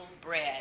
bread